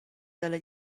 dalla